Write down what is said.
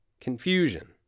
confusion